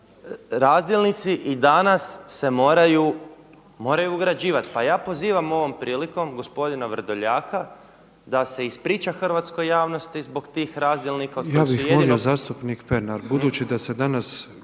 Razdjelnici i danas se moraju ugrađivati. Pa ja pozivam ovom prilikom gospodina Vrdoljaka da se ispriča hrvatskoj javnosti zbog tih razdjelnika od kojih su … **Petrov, Božo (MOST)** Ja bih molio zastupnik Pernar, budući da se danas